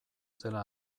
zela